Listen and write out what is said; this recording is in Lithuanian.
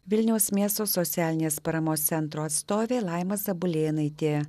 vilniaus miesto socialinės paramos centro atstovė laima zabulėnaitė